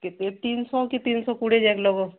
କେତେ ତିନଶହ କି ତିନଶହ କୁଡ଼ିଏ ଯାଏ ଲଗାବୋ